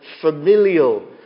familial